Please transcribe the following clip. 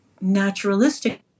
naturalistic